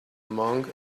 monk